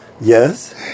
Yes